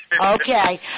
Okay